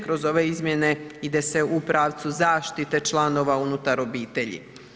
Kroz ove izmjene ide se u pravcu zaštite članova unutar obitelji.